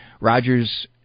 Rogers